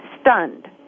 stunned